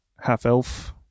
half-elf